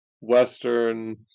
Western